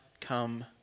come